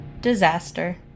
disaster